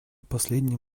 последнем